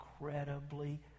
incredibly